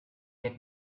had